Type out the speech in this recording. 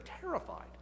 terrified